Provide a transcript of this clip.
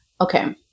Okay